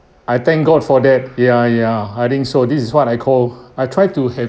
I thank god for that ya ya I think so this is what I call I try to have